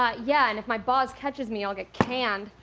ah, yeah, and if my boss catches me, i'll get canned.